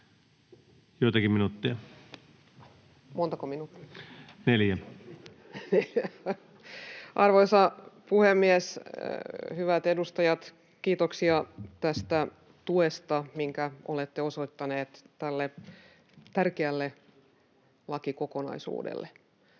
Time: 17:50 Content: Arvoisa puhemies, hyvät edustajat! Kiitoksia tästä tuesta, minkä olette osoittaneet tälle tärkeälle lakikokonaisuudelle.